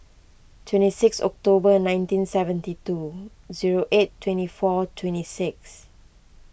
twenty six October nineteen seventy two zero eight twenty four twenty six